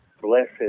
blessed